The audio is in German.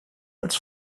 als